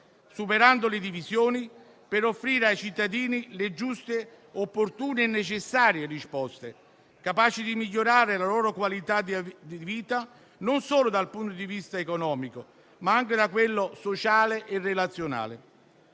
superando le divisioni per offrire ai cittadini le giuste, opportune e necessarie risposte, capaci di migliorare la loro qualità di vita non solo dal punto di vista economico, ma anche da quello sociale e relazionale.